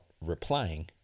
replying